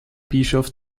bischof